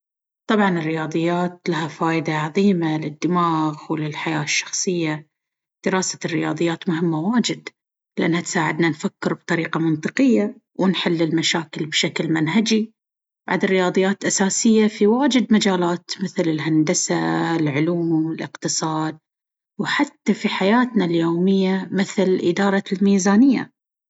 طبعا الرياضيات لها فايدة عظيمة للدماغ وللحياة الشخصية، دراسة الرياضيات مهمة واجد لأنها تساعدنا نفكر بطريقة منطقية ونحل المشاكل بشكل منهجي. بعد، الرياضيات أساسية في واجد مجالات مثل الهندسة، العلوم، الاقتصاد، وحتى في حياتنا اليومية مثل إدارة الميزانية.